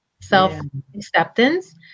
self-acceptance